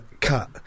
cut